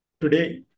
Today